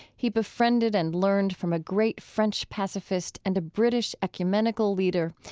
he befriended and learned from a great french pacifist and a british ecumenical leader.